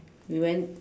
we went